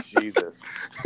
Jesus